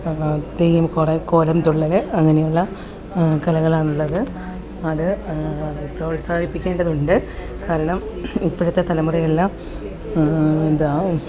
തെയ്യം കുറേ കോലൻ തുള്ളൽ അങ്ങനെയുളള കലകളാണുള്ളത് അത് പ്രോത്സാഹിപ്പിക്കേണ്ടതുണ്ട് കാരണം ഇപ്പോഴത്തെ തലമുറയെല്ലാം ഇത്